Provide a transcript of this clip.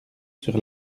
sur